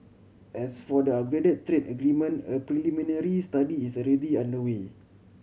as for the upgraded trade agreement a preliminary study is already underway